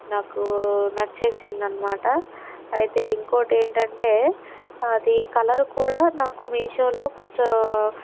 నాకు నచ్చింది అన్నమాట అయితే ఇంకోటి ఏంటంటే అది కలర్ కూడా నాకు మీషోలో కొంచెం